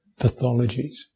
pathologies